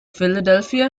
philadelphia